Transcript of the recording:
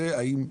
האם,